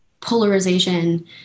polarization